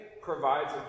provides